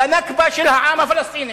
ב"נכבה" של העם הפלסטיני.